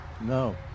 no